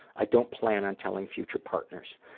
i don't plan on telling future partners.